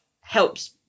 helps